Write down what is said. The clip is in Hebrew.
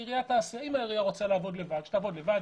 אם העירייה רוצה לעבוד לבד שתעבוד לבד,